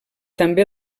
també